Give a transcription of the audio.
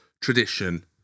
tradition